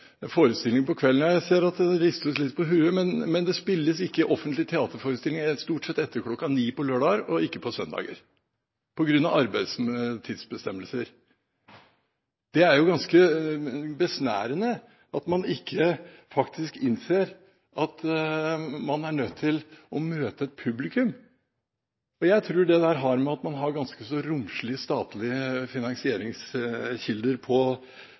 forestillinger på kvelden. Jeg ser at det ristes litt på hodene, men det spilles stort sett ikke offentlige teaterforestillinger etter kl. 21 på lørdager og ikke på søndager på grunn av arbeidstidsbestemmelser. Det er jo ganske besnærende at man ikke innser at man er nødt til å møte et publikum. Jeg tror det har å gjøre med at man har ganske romslige statlige finansieringskilder på